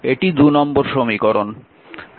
এটি নম্বর সমীকরণ